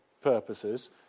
purposes